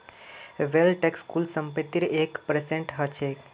wealth tax कुल संपत्तिर एक परसेंट ह छेक